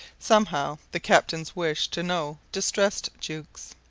somehow the captains wish to know distressed jukes.